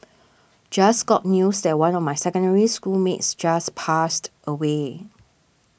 just got news that one of my Secondary School mates just passed away